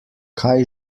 kaj